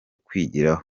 kwigiraho